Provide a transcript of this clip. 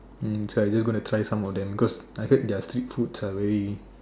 mm so I just gonna try some of them cause I heard their street foods are very